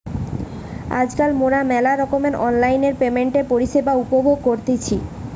আজকাল মোরা মেলা রকমের অনলাইন পেমেন্টের পরিষেবা উপভোগ করতেছি